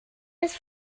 ist